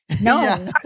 No